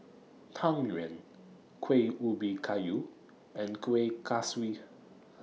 Tang Yuen Kuih Ubi Kayu and Kueh Kaswi